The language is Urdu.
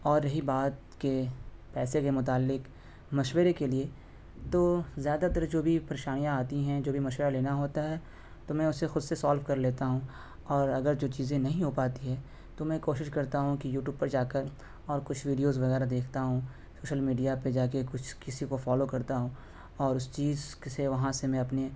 اور رہی بات کہ پیسے کے متعلق مشورے کے لیے تو زیادہ تر جو بھی پریشانیاں آتی ہیں جو بھی مشورہ لینا ہوتا ہے تو میں اسے خود سے سولو کر لیتا ہوں اور اگر جو چیزیں نہیں ہو پاتی ہیں تو میں کوشش کرتا ہوں کہ یوٹوب پر جاکر اور کچھ ویڈییوز وغیرہ دیکھتا ہوں سوشل میڈیا پے جا کے کچھ کسی کو فالو کرتا ہوں اور اس چیز سے وہاں سے میں اپنے